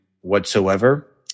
whatsoever